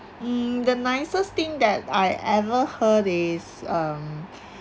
mm the nicest thing that I ever heard is um